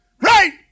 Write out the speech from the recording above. Right